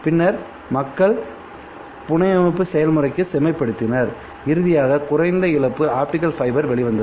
பின்னர் மக்கள் புனையமைப்பு செயல்முறையைச் செம்மைப்படுத்தினர் இறுதியாக குறைந்த இழப்பு ஆப்டிகல் ஃபைபர் வெளிவந்தது